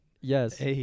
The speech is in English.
Yes